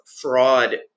fraud